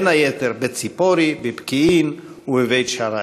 בין היתר בציפורי, בפקיעין ובבית-שערים.